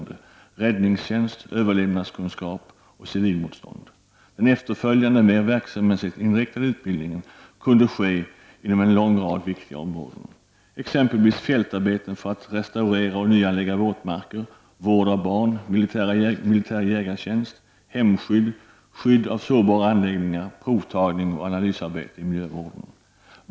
Den efterföljande mer verksamhetsinriktade utbildningen kunde ske inom en rad viktiga områden, exempelvis fältarbeten för att restaurera och nyanlägga våtmarker, vård av barn, militär jägartjänst, hemskydd, skydd av sårbara anläggningar, provtagning och analysarbete i miljövården.